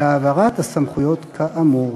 להעברת הסמכויות כאמור.